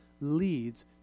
leads